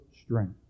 strength